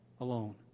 alone